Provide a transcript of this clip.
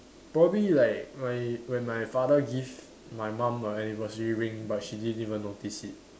probably like my when my father give my mum a anniversary ring but she didn't even notice it